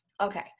Okay